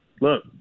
look